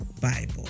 Bible